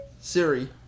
Siri